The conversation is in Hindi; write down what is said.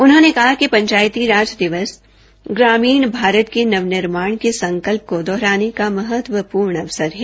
उन्होंने कहा कि पंचायती राज दिवस ग्रामीण भारत के नवनिर्माण के संकल्प को दोहराने का महत्वपूर्ण अवसर है